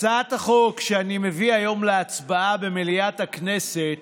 הצעת החוק שאני מביא היום להצבעה במליאת הכנסת